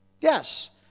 Yes